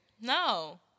No